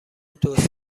توسعه